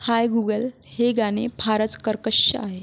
हाय Google हे गाणे फारच कर्कश आहे